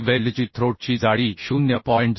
आणि वेल्डची थ्रोटची जाडी 0